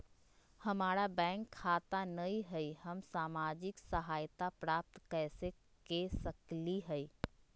हमार बैंक खाता नई हई, हम सामाजिक सहायता प्राप्त कैसे के सकली हई?